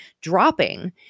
dropping